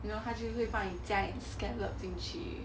you know 他就会帮你加一点 scallop 进去